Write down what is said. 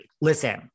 Listen